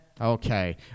okay